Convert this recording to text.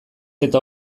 eta